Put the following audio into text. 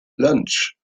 lunch